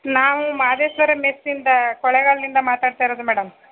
ನಾವು ಮಾದೇಶ್ವರ ಮೆಸ್ಸಿಂದ ಕೊಳ್ಳೇಗಾಲದಿಂದ ಮಾತಾಡ್ತಾ ಇರೋದು ಮೇಡಮ್